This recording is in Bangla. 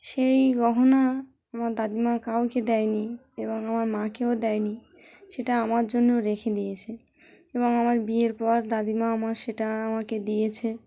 সেই গহনা আমার দাদিমা কাউকে দেয়নি এবং আমার মাকেও দেয়নি সেটা আমার জন্য রেখে দিয়েছে এবং আমার বিয়ের পর দাদিমা আমার সেটা আমাকে দিয়েছে